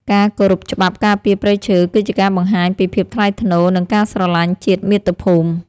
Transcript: ការគោរពច្បាប់ការពារព្រៃឈើ គឺជាការបង្ហាញពីភាពថ្លៃថ្នូរ និងការស្រឡាញ់ជាតិមាតុភូមិ។